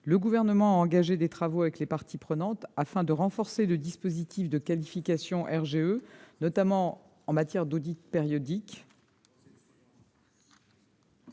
Le Gouvernement a engagé des travaux avec les parties prenantes afin de renforcer le dispositif de qualification RGE, notamment en matière d'audit périodique.